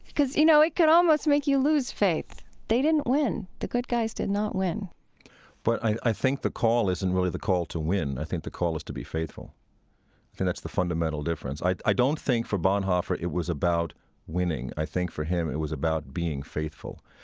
because, you know, it could almost make you lose faith. they didn't win. the good guys did not win but i i think the call isn't really the call to win. i think the call is to be faithful. and that's the fundamental difference. i i don't think for bonhoeffer it was about winning. i think for him it was about being faithful.